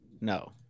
no